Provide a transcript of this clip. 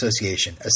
Association